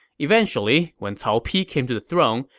eventually, when cao pi came to the throne,